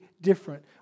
different